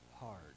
hard